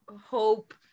hope